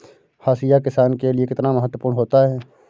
हाशिया किसान के लिए कितना महत्वपूर्ण होता है?